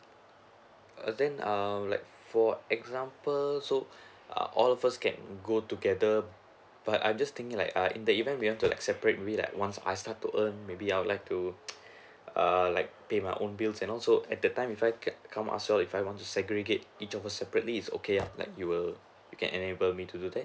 err then err like for example so all of us can go together but I'm just thinking like err in the event we have to make separate maybe once I start to earn maybe I would like to err like pay my own bill and all so at the time if I'm come ask you all if I want to segregate each of us separately is okay uh like you will you can enable me to do that